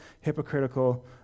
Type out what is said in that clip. hypocritical